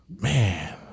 Man